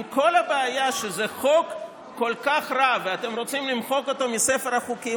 אם כל הבעיה היא שזה חוק כל כך רע ואתם רוצים למחוק אותו מספר החוקים,